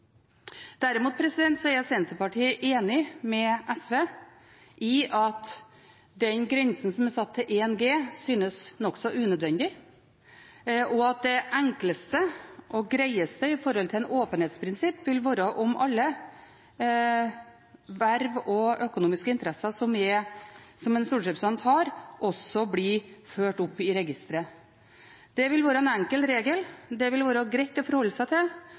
er Senterpartiet enig med SV i at den grensen som er satt til 1 G, synes nokså unødvendig, og at det enkleste og greieste når det gjelder et åpenhetsprinsipp, vil være om alle verv og økonomiske interesser som en stortingsrepresentant har, også blir ført opp i registeret. Det vil være en enkel regel, det vil være greit å forholde seg til,